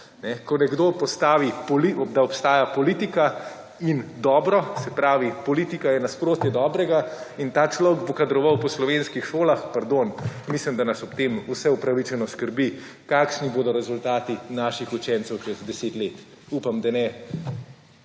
ko nekdo postavi, da obstaja politika in dobro, se pravi, politika je nasproti dobrega in ta človek bo kadroval po slovenskih šolah, pardon, mislim da nas ob tem vse upravičeno skrbi kakšni bodo rezultati naših učencev čez deset let. Upam, da ne